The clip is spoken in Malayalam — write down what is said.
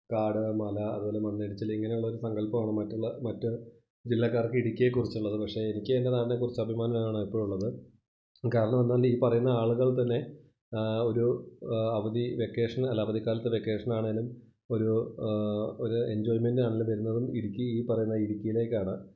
കാട് മല അതുപോലെ മണ്ണിടിച്ചിൽ ഇങ്ങനെയുള്ള ഒരു സങ്കല്പ്പമാണ് മറ്റുള്ള മറ്റ് ജില്ലക്കാര്ക്ക് ഇടുക്കിയെ കുറിച്ചുള്ളത് പക്ഷെ എനിക്ക് എന്റെ നാടിനെകുറിച്ചു അഭിമാനം ആണ് എപ്പോഴും ഉള്ളത് കാരണം എന്നാണ്ടി ഈ പറയുന്ന ആളുകള് തന്നെ ഒരു അവധി വെക്കേഷന് അല്ലെങ്കിൽ അവധിക്കാലത്ത് വെക്കേഷനാണെങ്കിലും ഒരു ഒരു എന്ജോയ്മെന്റിനാണെങ്കിലും വരുന്നതും ഇടുക്കി ഈ പറയുന്ന ഇടുക്കിയിലേക്കാണ്